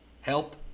help